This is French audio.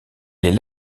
les